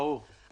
ברור, ברור.